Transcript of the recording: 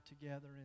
together